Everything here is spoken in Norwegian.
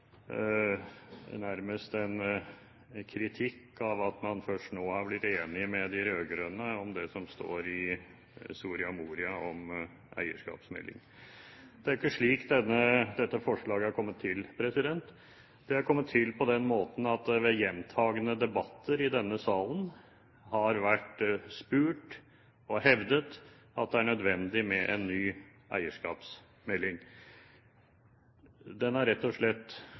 nærmest en kritikk av at man først nå er blitt enig med de rød-grønne om det som står i Soria Moria om eierskapsmelding. Det er ikke slik dette forslaget er kommet til. Det er kommet til på den måten at det ved gjentatte debatter i denne salen har vært spurt etter og hevdet at det er nødvendig med en ny eierskapsmelding. Den har rett og slett